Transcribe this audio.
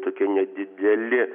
tokie nedideli